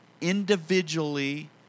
individually